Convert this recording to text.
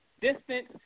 distance